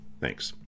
Thanks